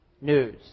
News